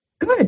Good